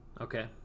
Okay